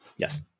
Yes